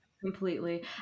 Completely